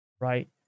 right